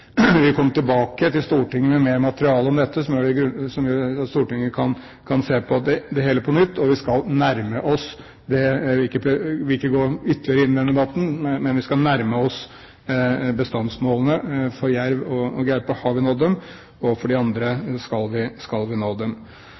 vil komme tilbake til Stortinget med mer materiale om dette, som ville gjøre at Stortinget kan se på det hele på nytt, og vi skal nærme oss – jeg vil ikke gå ytterligere inn i den debatten – men vi skal nærme oss bestandsmålene. Når det gjelder jerv og gaupe, har vi nådd dem, og for de andre skal vi nå dem. Jeg synes også at Høyre kunne gi den anerkjennelsen at vi